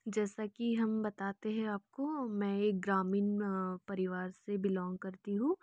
जैसा की हम बताते हैं आपको मैं एक ग्रामीण परिवार से बिलॉंग करती हूँ